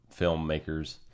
filmmakers